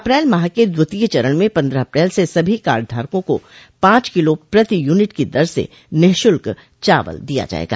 अप्रैल माह के द्वितीय चरण में पन्द्रह अप्रैल से सभी कार्डधारकों का पॉच किलों प्रति यूनिट की दर से निःशुल्क चावल दिया जायेगा